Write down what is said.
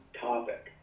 topic